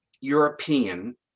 European